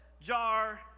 jar